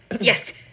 yes